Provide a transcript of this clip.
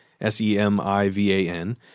S-E-M-I-V-A-N